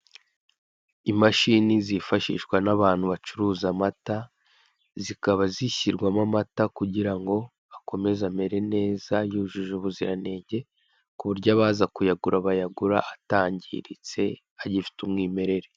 Imashini zifashishwa n'abantu bacuruza amata, zikaba zishyirwamo amata kugirango akomeze amere neza yujuje ubuziranenge kuburyo abaza kuyagura bayagura atangiritse agifite umwimerere.